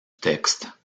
textes